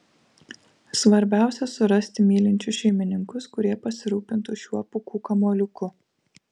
svarbiausia surasti mylinčius šeimininkus kurie pasirūpintų šiuo pūkų kamuoliuku